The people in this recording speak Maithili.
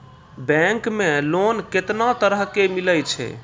बैंक मे लोन कैतना तरह के मिलै छै?